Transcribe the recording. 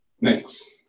Next